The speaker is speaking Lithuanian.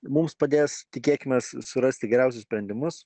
mums padės tikėkimės surasti geriausius sprendimus